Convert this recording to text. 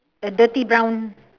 and dirty brown